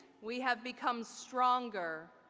we have become stronger,